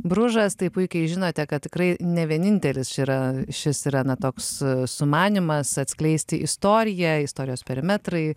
bružas tai puikiai žinote kad tikrai ne vieninteliš yra šis yra na toks sumanymas atskleisti istoriją istorijos perimetrai